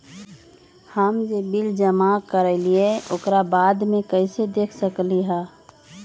हम जे बिल जमा करईले ओकरा बाद में कैसे देख सकलि ह?